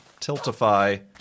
Tiltify